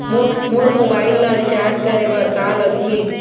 मोर mobile ला recharge करे बर का लगही?